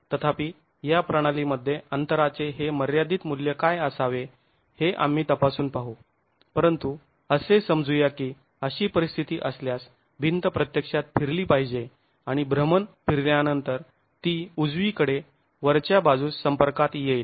तथापि या प्रणालीमध्ये अंतराचे हे मर्यादित मूल्य काय असावे हे आम्ही तपासून पाहू परंतु असे समजू या की अशी परिस्थिती असल्यास भिंत प्रत्यक्षात फिरली पाहिजे आणि भ्रमण फिरल्यानंतर ती उजवीकडे वरच्या बाजूस संपर्कात येईल